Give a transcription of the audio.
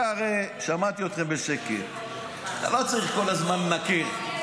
הרי שמעתי אתכם בשקט, אתה לא צריך לנקר כל הזמן.